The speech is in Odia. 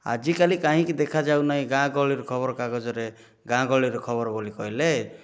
ଆଜିକାଲି କାହିଁକି ଦେଖାଯାଉ ନାଇଁ ଗାଁ ଗହଳିର ଖବର କାଗଜରେ ଗାଁ ଗହଳିର ଖବର ବୋଲି କହିଲେ